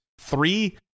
three